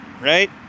right